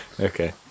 Okay